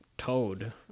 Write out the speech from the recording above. Toad